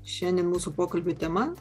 šiandien mūsų pokalbių tema